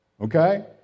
Okay